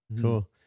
Cool